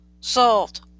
solved